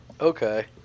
Okay